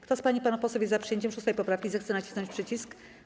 Kto z pań i panów posłów jest za przyjęciem 6. poprawki, zechce nacisnąć przycisk.